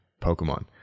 Pokemon